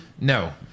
No